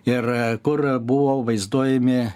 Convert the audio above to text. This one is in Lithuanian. ir kur buvo vaizduojami